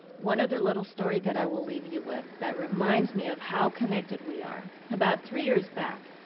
one other little story that i will leave you with that reminds me of how connected we are. about three years back,